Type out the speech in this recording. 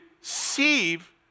receive